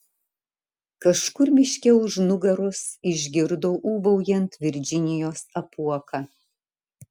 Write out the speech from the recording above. kažkur miške už nugaros išgirdo ūbaujant virdžinijos apuoką